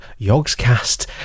Yogscast